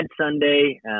Sunday